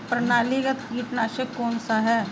प्रणालीगत कीटनाशक कौन सा है?